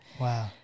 Wow